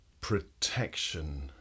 protection